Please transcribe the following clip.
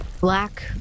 black